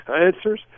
answers